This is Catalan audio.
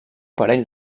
parell